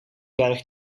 berg